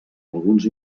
alguns